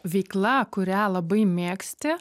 veikla kurią labai mėgsti